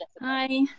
Hi